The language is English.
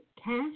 cash